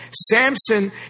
Samson